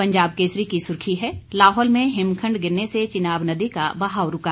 पंजाब केसरी की सुर्खी है लाहौल में हिमखंड गिरने से चिनाब नदी का बहाव रूका